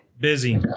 busy